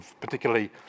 particularly